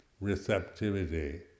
receptivity